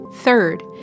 Third